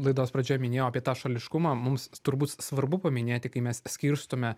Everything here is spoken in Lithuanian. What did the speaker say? laidos pradžioje minėjau apie tą šališkumą mums turbūt svarbu paminėti kai mes skirstome